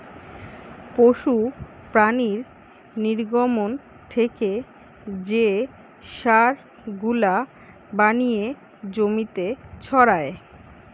পশু প্রাণীর নির্গমন থেকে যে সার গুলা বানিয়ে জমিতে ছড়ায়